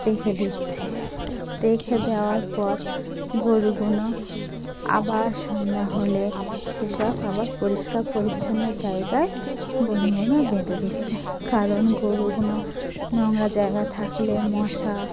রেখে দিচ্ছে রেখে দেওয়ার পর গরুগুলো আবার সন্ধ্যা হলে সেসব আবার পরিষ্কার পরিচ্ছন্ন জায়গায় গরু গোনো বেঁধে দিচ্ছে কারণ গরুগুলো নোংরা জায়গা থাকলে মশা